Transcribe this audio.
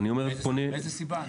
מאיזו סיבה?